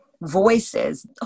voices